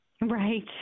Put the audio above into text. Right